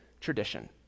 tradition